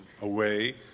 away